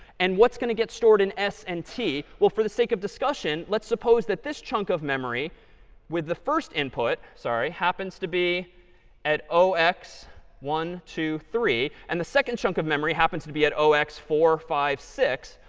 and what's going to get stored in s and t? well, for the sake of discussion, let's suppose that this chunk of memory with the first input sorry happens to be at zero x one two three. and the second chunk of memory happens to be at zero x four five six,